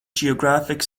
geographic